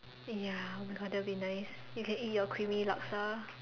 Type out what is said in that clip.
ya oh my god that will be nice you can eat your creamy Laksa